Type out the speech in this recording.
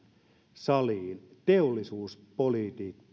saliin teollisuuspoliittisen